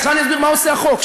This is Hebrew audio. אני אסביר מה עושה החוק.